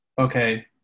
okay